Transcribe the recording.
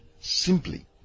Simply